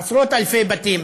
עשרות אלפי בתים?